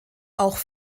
auch